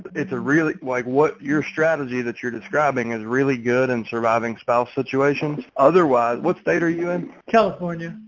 it's a really like what your strategy that you're describing is really good and surviving spouse situations otherwise, what state are you in california?